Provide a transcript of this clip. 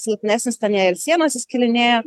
silpnesnis ten jai ir sienos įskilinėjo